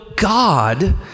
God